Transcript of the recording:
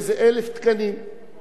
במיוחד לפריפריה,